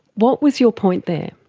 what was your point there?